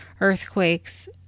earthquakes